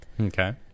Okay